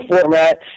format